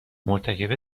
مرتکب